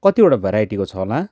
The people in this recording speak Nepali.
कतिवटा भेराइटीको छ होला